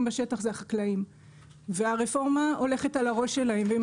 בשטח זה החקלאים והרפורמה הולכת על הראש שלהם ואם